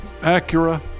Acura